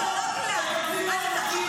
גם אני רוצה אדמה